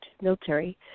military